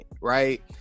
right